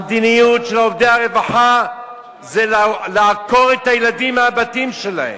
המדיניות של עובדי רווחה היא לעקור את הילדים מהבתים שלהם,